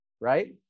right